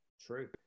True